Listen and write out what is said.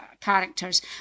characters